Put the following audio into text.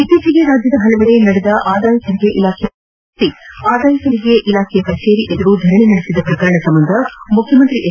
ಇತ್ತೀಚೆಗೆ ರಾಜ್ಯದ ಹಲವೆಡೆ ನಡೆದ ಆದಾಯ ತೆರಿಗೆ ಇಲಾಖೆಯ ದಾಳಿಗಳನ್ನು ಪ್ರತಿಭಟಿಸಿ ಆದಾಯ ತೆರಿಗೆ ಇಲಾಖೆ ಕಚೇರಿ ಎದುರು ಧರಣಿ ನಡೆಸಿದ ಪ್ರಕರಣ ಸಂಬಂಧ ಮುಖ್ಯಮಂತ್ರಿ ಎಚ್